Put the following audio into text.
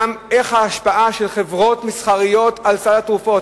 ההשפעה של חברות מסחריות על סל התרופות.